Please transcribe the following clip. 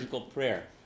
prayer